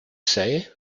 say